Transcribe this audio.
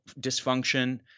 dysfunction